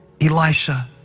Elisha